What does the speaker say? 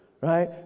right